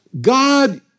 God